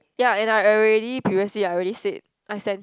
ya and I already previously I already said I sent